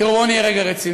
תראו, בואו נהיה רגע רציניים.